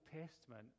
Testament